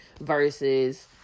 versus